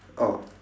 oh